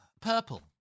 purple